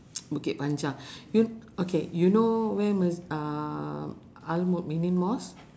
bukit panjang you okay you know where mas~ uh al mukminin mosque